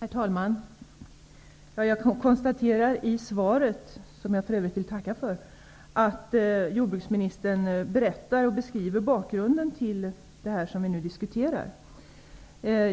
Herr talman! Jag konstaterar att jordbruksministern i svaret, som jag för övrigt vill tacka för, berättar om och beskriver bakgrunden till det som vi nu diskuterar.